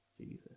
Jesus